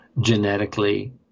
genetically